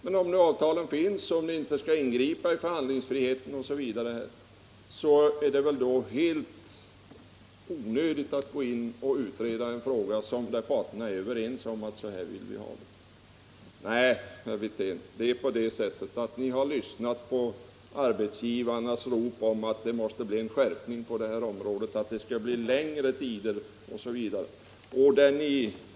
Men om nu avtalen finns och om ni inte skall ingripa i förhandlingsfriheten, så är det väl helt onödigt att gå in och utreda en fråga när parterna är överens om att så här vill man ha det. Nej, herr Wirtén, det är på det sättet att ni har lyssnat på arbetsgivarnas rop om att det måste bli en skärpning på det här området, att det skall bli längre tider osv.